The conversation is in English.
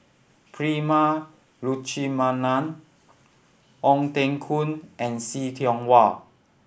Prema Letchumanan Ong Teng Koon and See Tiong Wah